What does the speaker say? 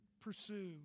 pursue